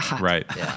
Right